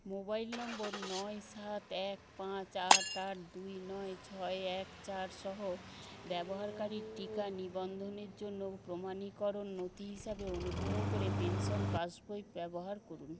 mobile number নয় সাত এক পাঁচ আট আট দুই নয় ছয় এক চারসহ ব্যবহারকারীর টিকা নিবন্ধনের জন্য প্রমাণকরণ নথি হিসাবে অনুগ্রহ করে পেনশন পাসবই ব্যবহার করুন